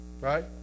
right